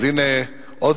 אז הנה עוד